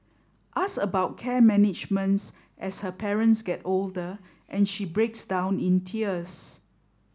ask about care managements as her parents get older and she breaks down in tears